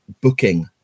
booking